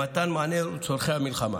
למתן מענה לצורכי המלחמה,